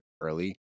early